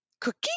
cookie